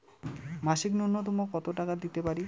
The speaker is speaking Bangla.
মাসিক নূন্যতম কত টাকা দিতে পারি?